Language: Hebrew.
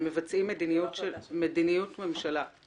והם מבצעים מדיניות ממשלה.